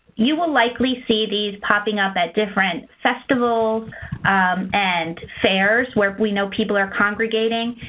you will likely see these popping up at different festivals and fairs where we know people are congregating.